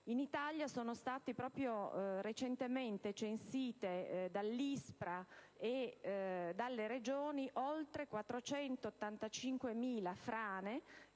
In Italia sono state recentemente censite dall'ISPRA e delle Regioni oltre 485.000 frane,